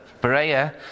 Berea